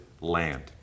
land